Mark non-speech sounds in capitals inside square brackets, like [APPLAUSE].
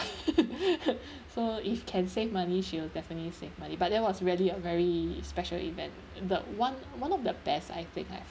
[LAUGHS] so if can save money she will definitely save money but that was really a very special event and the one one of the best I think I have